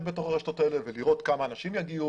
בתוך הרשתות האלה ולראות כמה אנשים יגיע,